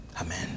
Amen